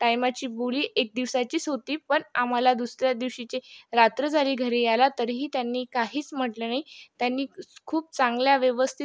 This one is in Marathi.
टायमाची बोली एक दिवसाचीच होती पण आम्हाला दुसऱ्या दिवशीची रात्र झाली घरी यायला तरीही त्यांनी काहीच म्हटलं नाही त्यांनी खूप चांगल्या व्यवस्थित